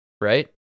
right